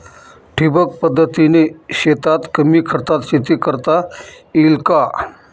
ठिबक पद्धतीने शेतात कमी खर्चात शेती करता येईल का?